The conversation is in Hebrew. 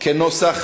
כנוסח